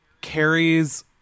Carrie's